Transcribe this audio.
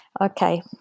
Okay